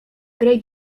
grę